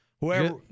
Whoever